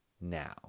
now